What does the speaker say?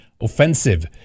offensive